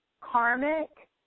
karmic